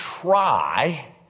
try